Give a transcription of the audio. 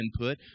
input